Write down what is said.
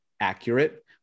accurate